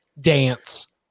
dance